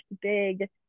big